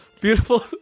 Beautiful